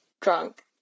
drunk